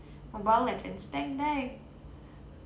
mobile legends bang bang